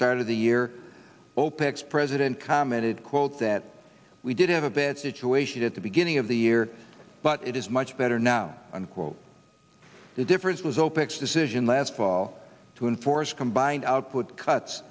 start of the year opec's president commented quote that we did have a bit situation at the beginning of the year but it is much better now unquote the difference was opec's decision last fall to enforce a combined output cut